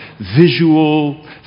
visual